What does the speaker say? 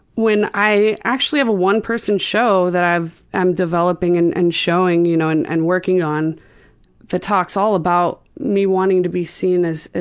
when i actually have a one person show that i'm developing and and showing you know and and working on that talks all about me wanting to be seen as,